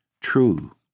true